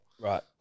Right